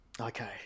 okay